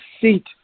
seat